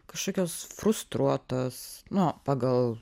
kažkokios frustruotos nu pagal